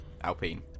Alpine